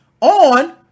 on